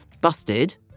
busted